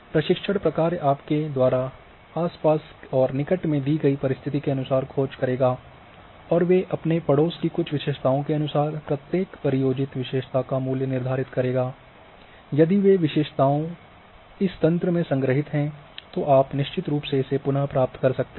परीक्षण प्रकार्य आपके द्वारा आस पास और निकट में दी गयी परिस्तिथि के अनुसार खोज करेगा और वे अपने पड़ोस की कुछ विशेषताओं के अनुसार प्रत्येक परियोजित विशेषता का मूल्य निर्धारित करेगा यदि वे विशेषताएँ इस तंत्र में संग्रहीत हैं तो आप निश्चित रूप इसे पुनः प्राप्त कर सकते हैं